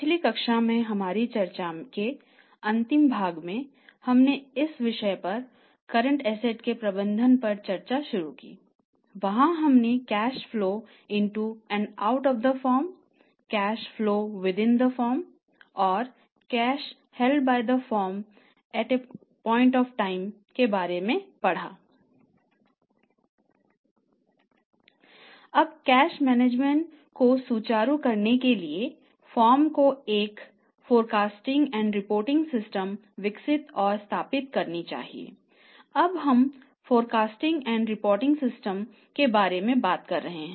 अब cash management के बारे में बात कर रहे हैं